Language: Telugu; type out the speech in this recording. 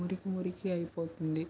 మురికి మురికి అయిపోతుంది